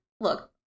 look